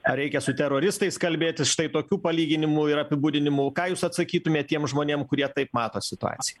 ar reikia su teroristais kalbėtis štai tokių palyginimų ir apibūdinimų ką jūs atsakytumėt tiem žmonėm kurie taip mato situaciją